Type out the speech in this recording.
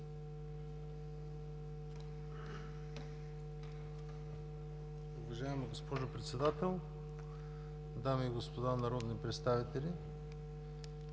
Уважаема госпожо Председател, дами и господа народни представители!